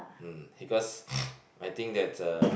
mm because I think that uh